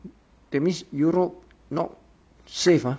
that means europe not safe ah